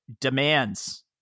demands